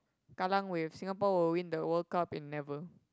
Kallang Wave Singapore will win the World Cup in never